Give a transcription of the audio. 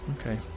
Okay